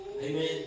Amen